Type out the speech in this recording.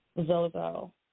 Zozo